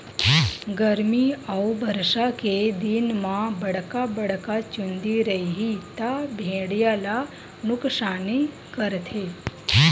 गरमी अउ बरसा के दिन म बड़का बड़का चूंदी रइही त भेड़िया ल नुकसानी करथे